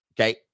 Okay